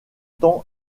temps